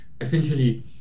essentially